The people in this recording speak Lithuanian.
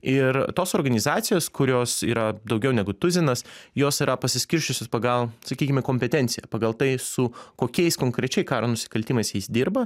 ir tos organizacijos kurios yra daugiau negu tuzinas jos yra pasiskirsčiusios pagal sakykime kompetenciją pagal tai su kokiais konkrečiai karo nusikaltimais jais dirba